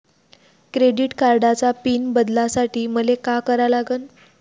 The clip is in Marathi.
क्रेडिट कार्डाचा पिन बदलासाठी मले का करा लागन?